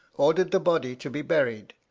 ordered the body to be buried,